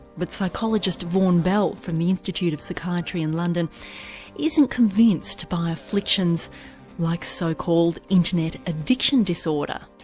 but psychologist vaughan bell from the institute of psychiatry in london isn't convinced by afflictions like so-called internet addiction disorder.